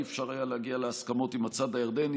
לא היה אפשר להגיע להסכמות עם הצד הירדני,